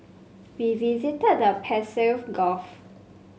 we visited the Persian Gulf